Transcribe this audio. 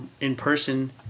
in-person